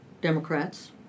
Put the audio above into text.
Democrats